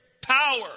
Power